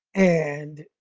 and